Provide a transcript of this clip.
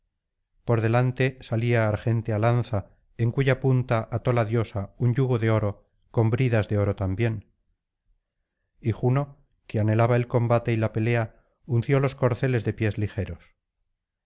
por delante salía argéntea lanza en cuya punta ató la diosa un yugo de oro con bridas de oro también y juno que anhelaba el combate y la pelea unció los corceles de pies ligeros